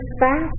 fast